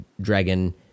dragon